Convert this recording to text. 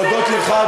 להודות לך,